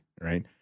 right